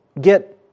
get